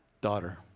daughter